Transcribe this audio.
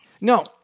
No